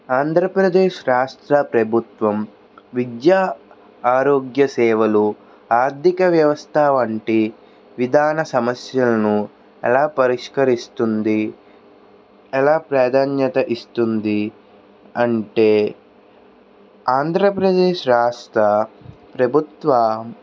ఆంధ్రప్రదేశ్ రాష్ట్ర ప్రభుత్వం విద్యా ఆరోగ్య సేవలు ఆర్థిక వ్యవస్థ వంటి విధాన సమస్యలను ఎలా పరిష్కరిస్తుంది ఎలా ప్రాధాన్యత ఇస్తుంది అంటే ఆంధ్రప్రదేశ్ రాష్ట్ర ప్రభుత్వ